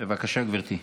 בבקשה גברתי.